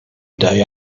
day